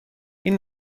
این